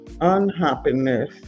unhappiness